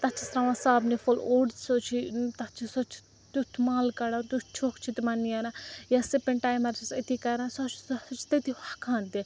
تَتھ چھیٚس ترٛاوان صابنہِ پھوٚل اوٚڑ سُہ چھُ تَتھ چھِ سۄ چھِ تیٛتھ مَل کَڑان تیٛتھ چھۄکھ چھُ تِمَن نیران یا سِپن ٹایمَر چھیٚس أتی کَران سۄ ہسا چھُ سُہ ہسا چھُ تٔتی ہۄکھان تہِ